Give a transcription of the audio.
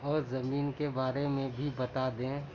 اور زمین کے بارے میں بھی بتا دیں